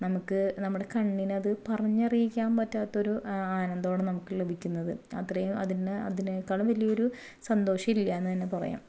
നമുക്ക് നമ്മുടെ കണ്ണിനത് പറഞ്ഞറിയിക്കാൻ പറ്റാത്തൊരു ആനന്ദമാണ് നമുക്ക് ലഭിക്കുന്നത് അത്രയും അതിന് അതിനേക്കാളും വലിയൊരു സന്തോഷം ഇല്ല എന്നുതന്നെ പറയാം